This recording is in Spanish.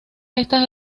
estas